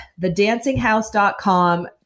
TheDancingHouse.com